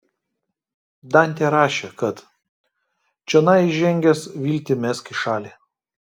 dantė rašė kad čionai įžengęs viltį mesk į šalį